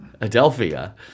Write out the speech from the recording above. Adelphia